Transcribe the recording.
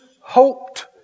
hoped